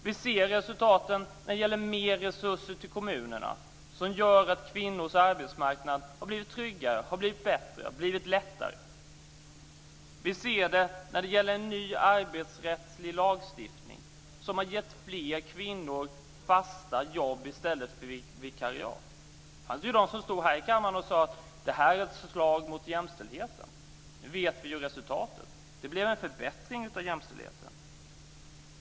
Vi ser resultaten när det gäller mer resurser till kommunerna som gör att kvinnors arbetsmarknad har blivit tryggare, bättre och lättare. Vi ser också en ny arbetsrättslig lagstiftning som har gett fler kvinnor fasta jobb i stället för vikariat. Det fanns de som stod här i kammaren och sade: Detta är ett förslag mot jämställdheten. Nu har vi sett resultatet - det blev en förbättring av jämställdheten.